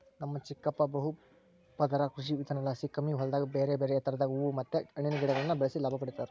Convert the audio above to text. ನಮ್ ಚಿಕ್ಕಪ್ಪ ಬಹುಪದರ ಕೃಷಿವಿಧಾನಲಾಸಿ ಕಮ್ಮಿ ಹೊಲದಾಗ ಬೇರೆಬೇರೆ ಎತ್ತರದಾಗ ಹೂವು ಮತ್ತೆ ಹಣ್ಣಿನ ಗಿಡಗುಳ್ನ ಬೆಳೆಸಿ ಲಾಭ ಪಡಿತದರ